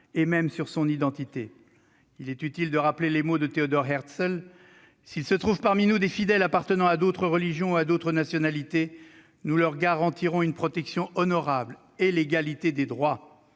et même sur son identité. Il est utile de rappeler les mots de Theodor Herzl :« S'il se trouve parmi nous des fidèles appartenant à d'autres religions ou à d'autres nationalités, nous leur garantirons une protection honorable et l'égalité des droits. »